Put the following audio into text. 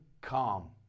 Calm